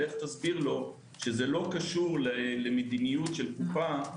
לך תסביר לו שזה לא קשור למדיניות של קופה,